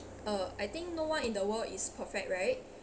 uh I think no one in the world is perfect right